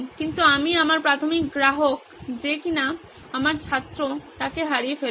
কিন্তু আমি আমার প্রাথমিক গ্রাহক যে কিনা আমার ছাত্র তাকে হারিয়ে ফেলবো